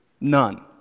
none